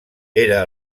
era